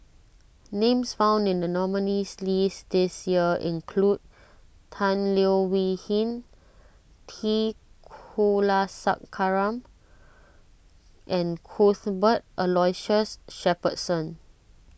names found in the nominees' list this year include Tan Leo Wee Hin T Kulasekaram and Cuthbert Aloysius Shepherdson